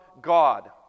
God